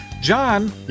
John